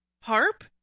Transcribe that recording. Harp